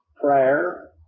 prayer